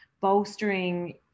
bolstering